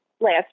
last